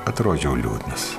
atrodžiau liūdnas